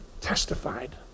testified